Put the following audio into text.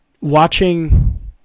watching